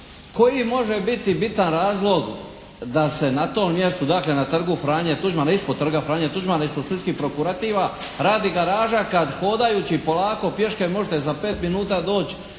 koji može biti bitan razlog da se na tom mjestu, dakle na Trgu Franje Tuđmana, ispod Trga Franje Tuđmana, ispod splitskih Prokurativa, radi garaža kad hodajući polako pješke možete za pet minuta doći